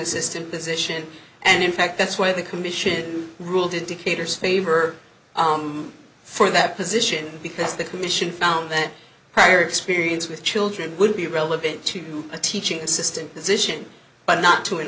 assistant position and in fact that's why the commission ruled indicators favor for that position because the commission found that prior experience with children would be relevant to a teaching assistant position but not to an